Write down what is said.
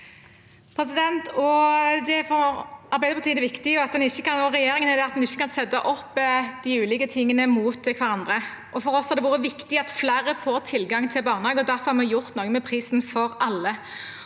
og regjeringen er det viktig at en ikke kan sette de ulike tingene opp mot hverandre. For oss har det vært viktig at flere får tilgang til barnehage, og derfor har vi gjort noe med prisen for alle,